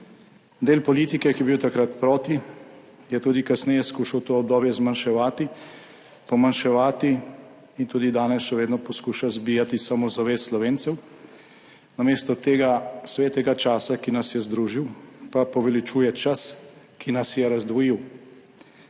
Del politike, ki je bil takrat proti, je tudi kasneje skušal to obdobje zmanjševati, pomanjševati in tudi danes še vedno poskuša zbijati samozavest Slovencev, namesto tega svetega časa, ki nas je združil, pa poveličuje čas, ki nas je razdvojil.